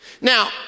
Now